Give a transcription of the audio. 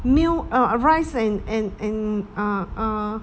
meal uh rice and and and ah uh